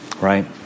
Right